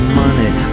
money